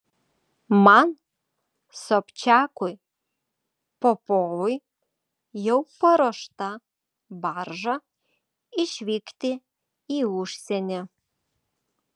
man sobčiakui popovui jau paruošta barža išvykti į užsienį